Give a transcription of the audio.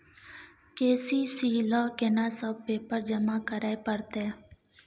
KCC ल केना सब पेपर जमा करै परतै?